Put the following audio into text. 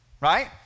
right